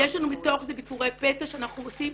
יש לנו מתוך זה ביקורי פתע שאנחנו עושים.